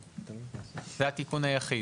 זה התיקון היחיד?